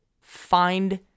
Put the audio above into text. find